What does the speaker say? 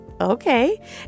okay